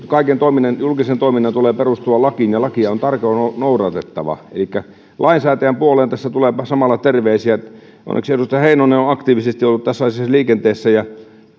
kaiken julkisen toiminnan tulee perustua lakiin ja lakia on tarkoin noudatettava elikkä lainsäätäjän puoleen tässä tulee samalla terveisiä onneksi edustaja heinonen on aktiivisesti ollut tässä asiassa liikenteessä ja